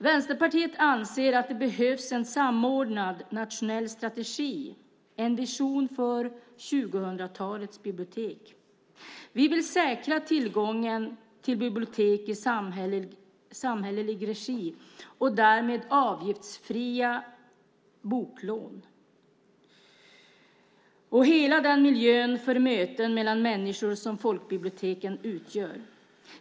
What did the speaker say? Vänsterpartiet anser att det behövs en samordnad nationell strategi, en vision för 2000-talets bibliotek. Vi vill säkra tillgången till bibliotek i samhällelig regi och därmed avgiftsfria boklån och hela den miljö för möten mellan människor som folkbiblioteken utgör.